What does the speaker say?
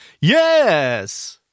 Yes